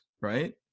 right